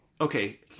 okay